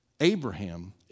Abraham